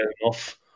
enough